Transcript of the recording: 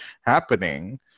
happening